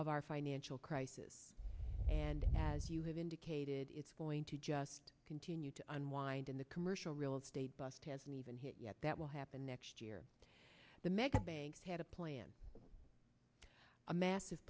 of our financial crisis and as you have indicated it's going to just continue to unwind in the commercial real estate bust hasn't even hit yet that will happen next year the mega banks had a plan a massive